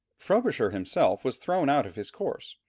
frobisher himself was thrown out of his course.